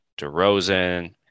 DeRozan